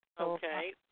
Okay